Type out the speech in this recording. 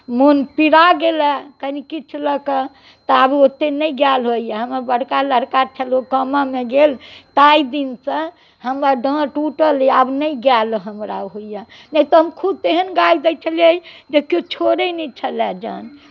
मोन पिड़ा गेलए कनि किछु लऽ कऽ तऽ आब ओतेक नहि गायल होइए हमर बड़का लड़का छलै ओ कमेमे गेल ताहि दिनसँ हमर डाँड़ टूटल अइ आब नहि गायल हमरा होइए नहि तऽ हम खूब तेहन गाबि दैत छलियै जे केओ छोड़ैत नहि छलैए जान